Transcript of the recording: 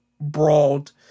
brawled